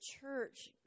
church